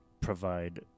provide